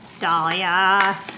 Dahlia